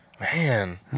man